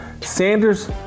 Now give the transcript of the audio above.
Sanders